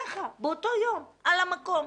ככה, באותו יום, על המקום.